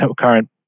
current